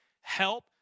help